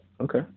Okay